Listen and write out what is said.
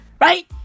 Right